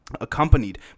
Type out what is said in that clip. accompanied